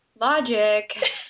Logic